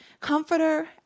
comforter